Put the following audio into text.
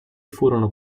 furono